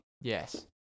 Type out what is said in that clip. yes